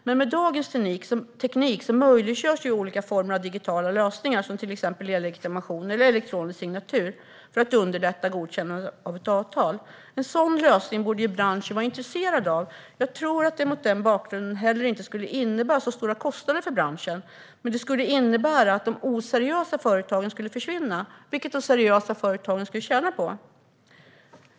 Men med dagens teknik möjliggörs ju olika former av digitala lösningar, till exempel e-legitimation eller elektronisk signatur, för att underlätta godkännande av ett avtal. En sådan lösning borde branschen vara intresserad av. Jag tror att det mot den bakgrunden inte heller skulle innebära så stora kostnader för branschen, men det skulle innebära att de oseriösa företagen försvann, vilket de seriösa företagen skulle tjäna på.